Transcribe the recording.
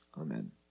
Amen